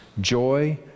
joy